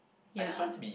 ya